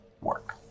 work